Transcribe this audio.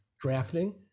drafting